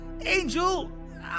Angel